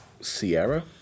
Sierra